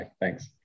Thanks